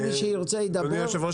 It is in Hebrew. כל מי שירצה, ידבר.